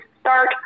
start